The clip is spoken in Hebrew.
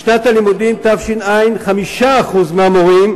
בשנת הלימודים תש"ע 5% מהמורים,